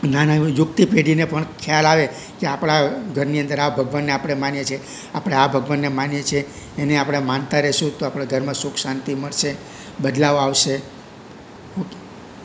ના ના એવી ઉગતી પેઢીને પણ ખ્યાલ આવે કે આપણા ઘરની અંદર આ ભગવાનને આપણે માનીએ છીએ આપણે આ ભગવાનને માનીએ છીએ એને આપણે માનતા રહીશું તો આપણા ઘરમાં સુખ શાંતિ મળશે બદલાવ આવશે ઓકે